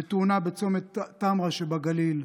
בצומת טמרה שבגליל.